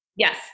Yes